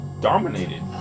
dominated